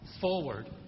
forward